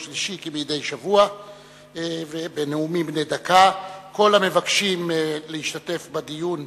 כל המבקשים להשתתף בדיון